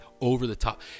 over-the-top